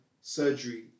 Surgery